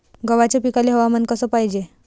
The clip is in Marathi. गव्हाच्या पिकाले हवामान कस पायजे?